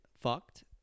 fucked